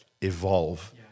evolve